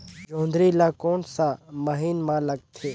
जोंदरी ला कोन सा महीन मां लगथे?